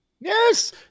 Yes